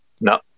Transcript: No